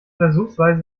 versuchsweise